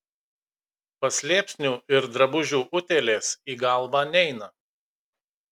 paslėpsnių ir drabužių utėlės į galvą neina